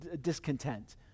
discontent